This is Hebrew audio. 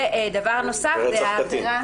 ורצח קטין.